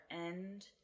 end